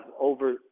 over